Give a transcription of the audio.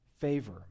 favor